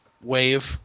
wave